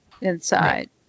inside